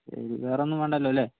വേറെ ഒന്നും വേണ്ടല്ലോ അല്ലെ